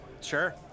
Sure